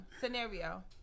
scenario